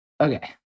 okay